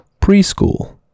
preschool